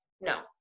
no